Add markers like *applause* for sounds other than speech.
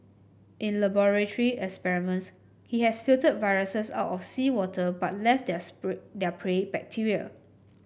in laboratory experiments he has filtered viruses out of seawater but left their *unintelligible* their prey bacteria